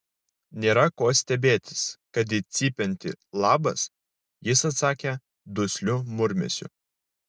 nėra ko stebėtis kad į cypiantį labas jis atsakė dusliu murmesiu